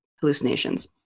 hallucinations